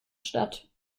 statt